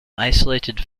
isolated